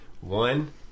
One